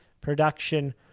production